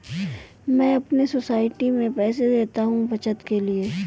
मैं अपने सोसाइटी में पैसे देता हूं बचत के लिए